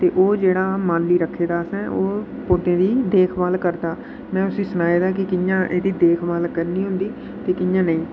ते ओह् जेह्ड़ा माली रक्खे दा असें ओह् पौधें दी देख भाल करदा में उसी सनाए दा के कि'यां एह्दी देख भाल करनी होंदी ते कि'यां नेईं